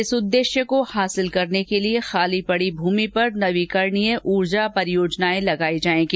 इस उद्देश्य को हासिल करने के लिए खाली पड़ी भूमि पर नवीकरणीय ऊर्जा परियोजनाएं लगाई जाएगी